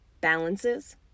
Balances